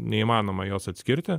neįmanoma jos atskirti